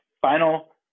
Final